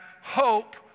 hope